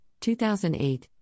2008